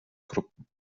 gruppen